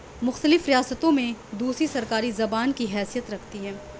مختلف ریاستوں میں دوسری سرکاری زبان کی حیثیت رکھتی ہے